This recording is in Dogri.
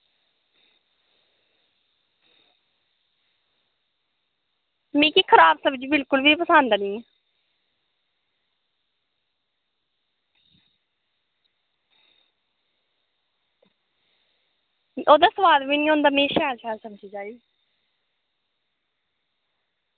मिगी खराब सब्ज़ी बिल्कुल बी पसंद निं ओह्दा सोआद बी निं होंदा मिगी शैल शैल सब्ज़ी चाहिदी